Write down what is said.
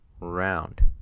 round